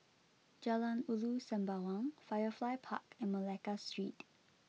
Jalan Ulu Sembawang Firefly Park and Malacca Street